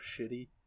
shitty